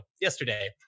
yesterday